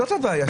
זאת הבעיה.